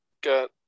got